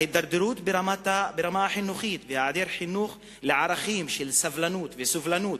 ההידרדרות ברמה החינוכית והעדר חינוך לערכים של סבלנות וסובלנות